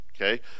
Okay